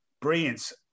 brilliance